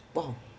!wow!